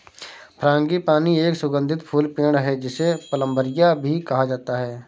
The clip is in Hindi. फ्रांगीपानी एक सुगंधित फूल पेड़ है, जिसे प्लंबरिया भी कहा जाता है